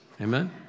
Amen